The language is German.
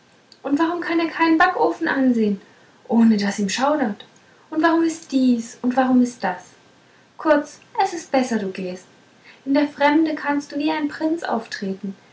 und warum kann er keinen backofen ansehen ohne daß ihm schaudert und warum ist dies und warum ist das kurz es ist besser du gehst in der fremde kannst du wie ein prinz auftreten